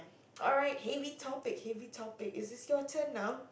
alright heavy topic heavy topic it is your turn now